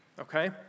okay